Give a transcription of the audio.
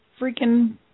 freaking